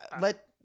Let